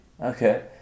Okay